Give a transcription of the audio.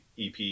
EP